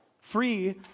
Free